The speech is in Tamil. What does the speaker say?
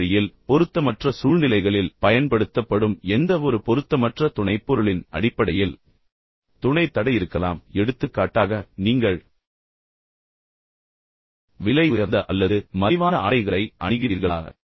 அதே வழியில் பொருத்தமற்ற சூழ்நிலைகளில் பயன்படுத்தப்படும் எந்தவொரு பொருத்தமற்ற துணைப்பொருளின் அடிப்படையில் துணைத் தடை இருக்கலாம் எடுத்துக்காட்டாக நீங்கள் விலையுயர்ந்த அல்லது மலிவான ஆடைகளை அணிகிறீர்களா